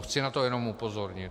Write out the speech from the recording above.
Chci na to jenom upozornit.